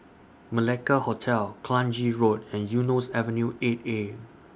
Malacca Hotel Kranji Road and Eunos Avenue eight A